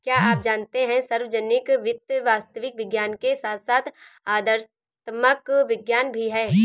क्या आप जानते है सार्वजनिक वित्त वास्तविक विज्ञान के साथ साथ आदर्शात्मक विज्ञान भी है?